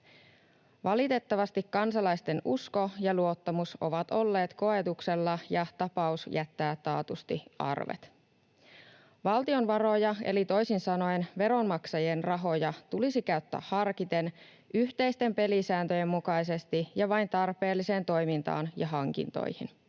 Valitettavasti kansalaisten usko ja luottamus ovat olleet koetuksella, ja tapaus jättää taatusti arvet. Valtion varoja, eli toisin sanoen veronmaksajien rahoja, tulisi käyttää harkiten, yhteisten pelisääntöjen mukaisesti ja vain tarpeelliseen toimintaan ja hankintoihin.